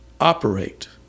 operate